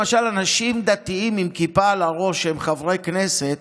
למשל אנשים דתיים עם כיפה על הראש שהם חברי כנסת,